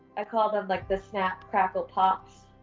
i call them like the snap, crackle, pops,